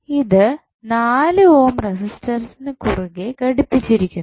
ഇത് 4 ഓം റെസിസ്റ്ററിന് കുറുകെ ഘടിപ്പിച്ചിരിക്കുന്നു